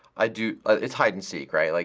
i do it's hide and seek, right? like